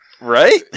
Right